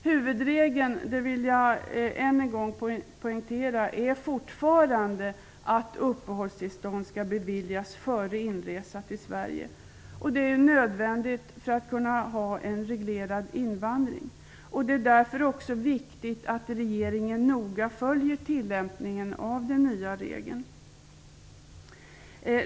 Huvudregeln - och det vill jag än en gång poängtera - är fortfarande att uppehållstillstånd skall beviljas före inresa till Sverige. Det är nödvändigt för att man skall kunna ha en reglerad invandring. Det är därför också viktigt att regeringen noga följer tilllämpningen av den nya regeln.